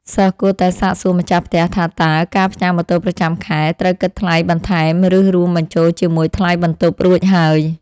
សិស្សគួរតែសាកសួរម្ចាស់ផ្ទះថាតើការផ្ញើម៉ូតូប្រចាំខែត្រូវគិតថ្លៃបន្ថែមឬរួមបញ្ចូលជាមួយថ្លៃបន្ទប់រួចហើយ។